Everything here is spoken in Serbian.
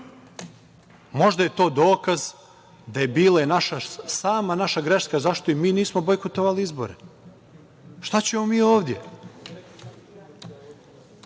Možda je to dokaz da je bila sama naša greška zašto i mi nismo bojkotovali izbore. Šta ćemo mi ovde?